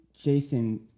Jason